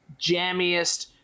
jammiest